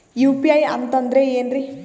UPI ಅಂತಂದ್ರೆ ಏನ್ರೀ?